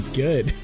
good